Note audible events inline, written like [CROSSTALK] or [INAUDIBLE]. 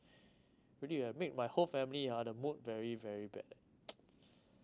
[BREATH] really ah made my whole family ah the mood very very bad [NOISE] [BREATH]